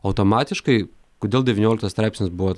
automatiškai kodėl devynioliktas straipsnis buvo